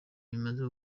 bimaze